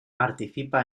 participa